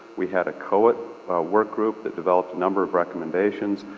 we had a co-ed work group that developed a number of recommendations,